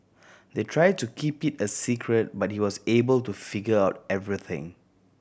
they tried to keep it a secret but he was able to figure out everything